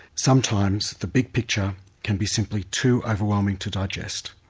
sometimes the big picture can be simply too overwhelming to digest.